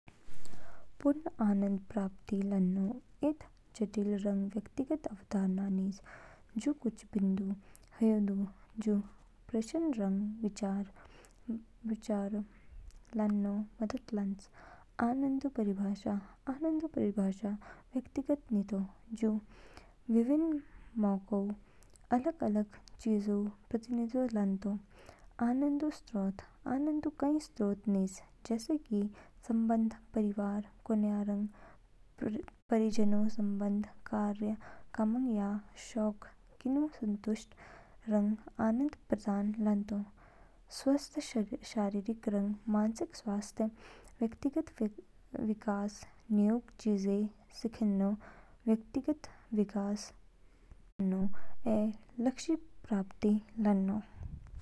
पूर्ण आनंद प्राप्ति लानो इद जटिल रंग व्यक्तिगत अवधारणा नीज। जू कुछ बिंदु ह्यू दू जू प्रश्न रंग विचार लानो मदद लान्च। आनंदऊ परिभाषा। आनंदऊ परिभाषा व्यक्तिगत नितो ऐ जू विभिन्न मोऊ अलग-अलग चीजऊ प्रतिनिधित्व लानतो। आनंदऊ स्रोत। आनंदऊ कई स्रोत निज, जैसे कि संबंध परिवार, कोनया रंग प्रियजनोंऊ संबंध। कार्य कामंग या शौक किनू संतुष्टि रंग आनंद प्रदान लानतो। स्वास्थ्य शारीरिक रंग मानसिक स्वास्थ्य। व्यक्तिगत विकास न्यूग चीजें सीखनो, व्यक्तिगत विकास लानो ऐ लक्ष्यों प्राप्त लानो।